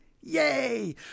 Yay